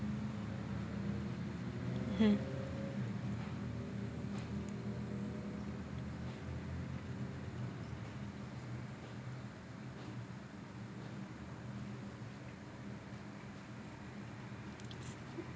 mmhmm